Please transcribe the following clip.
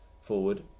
forward